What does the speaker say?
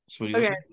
Okay